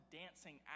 dancing